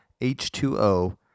H2O